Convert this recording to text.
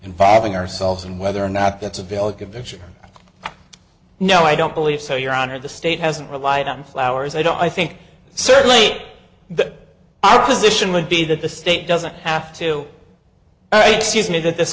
involving ourselves and whether or not that's a valid convention or no i don't believe so your honor the state hasn't relied on flowers i don't i think certainly that our position would be that the state doesn't have to seize me that this